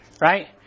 right